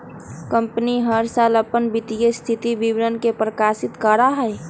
company हर साल अपन वित्तीय स्थिति विवरण के प्रकाशित करा हई